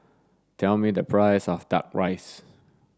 tell me the price of duck rice